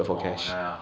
orh ya ya